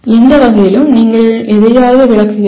எந்த வகையிலும் நீங்கள் எதையாவது விளக்குகிறீர்கள்